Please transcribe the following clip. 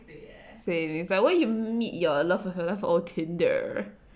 same it's like why yo~you meet your love of your life on Tinder